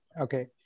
okay